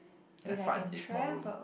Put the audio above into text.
can I fart in this small room